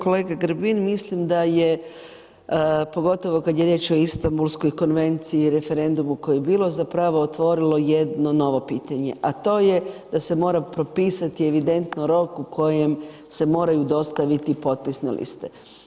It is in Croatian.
Kolega Grbin mislim da je, pogotovo kada je riječ o Istambulskoj konvenciji i referendumu koje je bilo zapravo otvorilo jedno novo pitanje a to je da se mora propisati evidentno rok u kojem se moraju dostaviti potpisne liste.